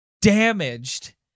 damaged